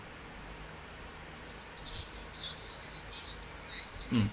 um